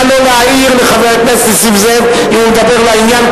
נא לא להעיר לחבר הכנסת נסים זאב אם הוא מדבר לעניין.